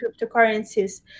cryptocurrencies